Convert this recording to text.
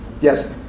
Yes